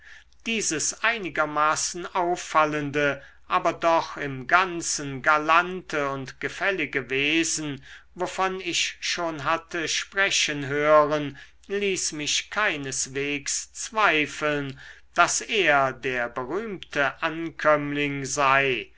dieses einigermaßen auffallende aber doch im ganzen galante und gefällige wesen wovon ich schon hatte sprechen hören ließ mich keineswegs zweifeln daß er der berühmte ankömmling sei